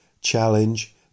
challenge